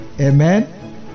Amen